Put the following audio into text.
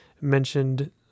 mentioned